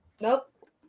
Nope